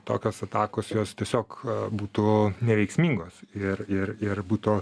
tokios atakos jos tiesiog būtų neveiksmingos ir ir ir būtų